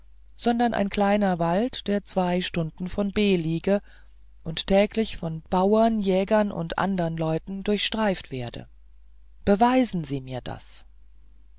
sondern ein kleiner wald der zwei stunden von b liege und täglich von bauern jägern und andern leuten durchstreift werde beweisen sie mir das